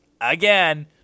again